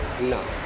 No